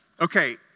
Okay